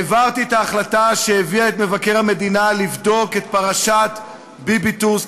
העברתי את ההחלטה שהביאה את מבקר המדינה לבדוק את פרשת "ביביטורס",